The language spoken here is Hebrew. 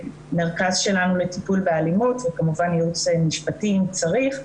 למרכז שלנו לטיפול באלימות וכמובן ייעוץ משפטי אם צריך.